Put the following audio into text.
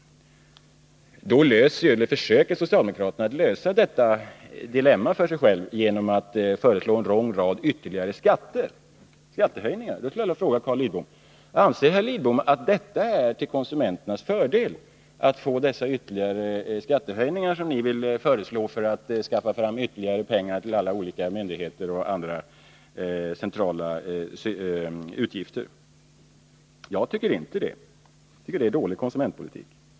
Socialdemokraterna försöker att lösa det dilemmat genom att föreslå en lång rad ytterligare skattehöjningar. Då skulle jag vilja fråga Carl Lidbom: Anser Carl Lidbom att det är till konsumenternas fördel att få dessa ytterligare skattehöjningar som ni vill föreslå för att skaffa fram ytterligare pengar till alla olika myndigheter och till andra centrala utgifter? Jag tycker inte det. Jag tycker att det är dålig konsumentpolitik.